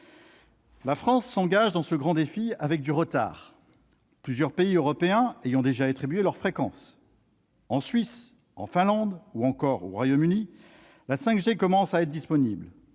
La France s'engage dans ce grand défi avec du retard, plusieurs pays européens ayant déjà attribué leurs fréquences. En Suisse, en Finlande, ou encore au Royaume-Uni la 5G commence déjà à être disponible.